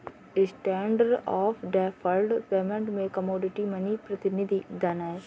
standard of deferred payment में commodity money प्रतिनिधि धन हैं